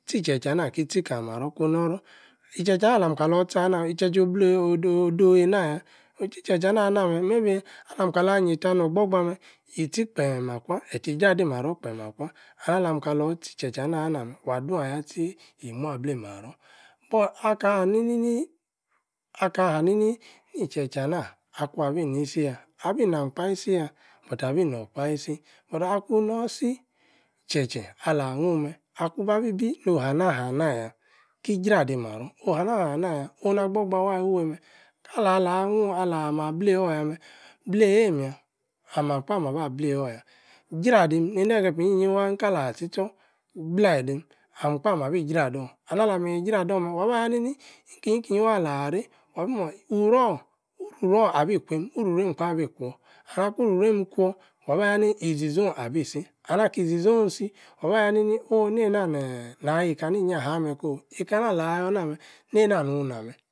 tchi-tche-tche na-ki-tchi kali- morror-kun-noror ii-tche-tche anah-alam kalor ii-itchi anah-meh, ii-it che-tche oblei-ooh-dooh odoooh eina-yab, ii-tche-tche an-na-meh may-bi-alam-kalor, ah, nyeita-nor-gbogba-meh, yi-tchi kpeem akwua, iti-jra-di-maror kpeem akwua, alam-kalor ii-achi tche-tche ana-ah-na-meh, wa-du-ayah tchiii, yi-muabli maror, but akor-ahanini aka-hanini-ni-t-che-che-anah akwua-bi-nisi-yah, abi nam-kpa-isi-yah, but-abi-nor-kpa-isi, but-akun nor-si, ii-tche-tche ala-hnu-meh, akun-babi-bi-no hana-hana-yah, ki-jra-di maror, ohana-hana-yah, onu-na-gboh-gbah waaah ifufuie-meh, kala-la nnu, alam-mah-blei-oor-yameh blei, eeim-yah, ami-kpa-maba-blei-oor yah, jra-dim nedie-grepa nyi-ni-nyi waaah kala-ti-tchor, bleh-dim, amkpa-mabi jrador and alami-jrador-meh, waba-yanini-niki-ki-nyi waaah alarei wabi mu uruwor, ururwuor abi-kwim ururwueim-kpa abi-kwor and aki ururweim ikwor, wabaya-niniiih-izi-zohn abi-si and aki-izi-zohn-isi, wabaya-nini, ooh neina-neeh nah yeika-ni-nya-haaah meh-koh, eika-anah ala-yor-inameh, neina-nu-na-meh